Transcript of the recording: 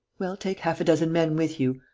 well, take half-a-dozen men with you.